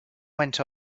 went